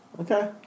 Okay